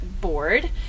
board